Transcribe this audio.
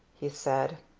he said.